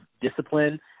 discipline